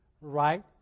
right